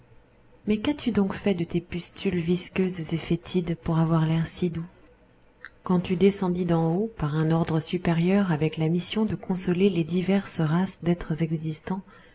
mais qu'as-tu donc fait de tes pustules visqueuses et fétides pour avoir l'air si doux quand tu descendis d'en haut par un ordre supérieur avec la mission de consoler les diverses races d'êtres existants